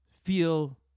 feel